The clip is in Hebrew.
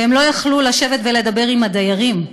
והם לא יכלו לשבת ולדבר עם הדיירים,